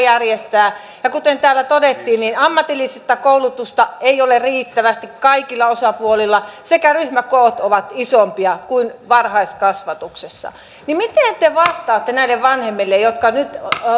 järjestää kuten täällä todettiin ammatillista koulutusta ei ole riittävästi kaikilla osapuolilla sekä ryhmäkoot ovat isompia kuin varhaiskasvatuksessa miten te vastaatte näille vanhemmille jotka nyt